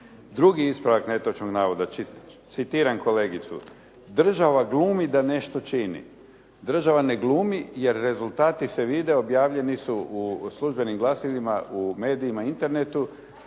Drugi ispravak netočnog navoda, citiram kolegicu, "Država glumi da nešto čini.". Država ne glumi jer rezultati se vide, objavljeni su u službenim glasilima, u medijima, internetu